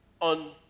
on